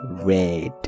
red